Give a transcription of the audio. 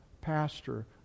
pastor